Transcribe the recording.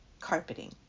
carpeting